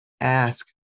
ask